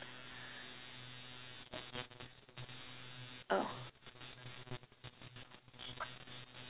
oh